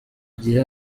igihe